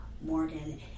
Morgan